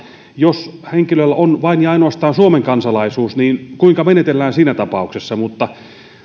jos henkilöllä on vain ja ainoastaan suomen kansalaisuus niin kuinka menetellään siinä tapauksessa